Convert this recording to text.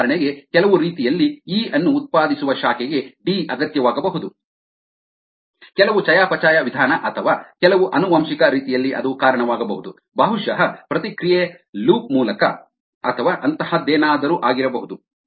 ಉದಾಹರಣೆಗೆ ಕೆಲವು ರೀತಿಯಲ್ಲಿ ಇ ಅನ್ನು ಉತ್ಪಾದಿಸುವ ಶಾಖೆಗೆ ಡಿ ಅಗತ್ಯವಾಗಬಹುದು ಕೆಲವು ಚಯಾಪಚಯ ವಿಧಾನ ಅಥವಾ ಕೆಲವು ಆನುವಂಶಿಕ ರೀತಿಯಲ್ಲಿ ಅದು ಕಾರಣವಾಗಬಹುದು ಬಹುಶಃ ಪ್ರತಿಕ್ರಿಯೆ ಲೂಪ್ ಮೂಲಕ ಅಥವಾ ಅಂತಹದ್ದೇನಾದರೂ ಆಗಿರಬಹುದು